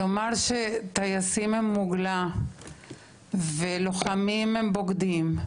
לומר שטייסים הם מוגלה, ולוחמים הם בוגדים,